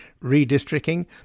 Redistricting